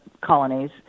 colonies